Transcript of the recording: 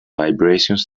vibrations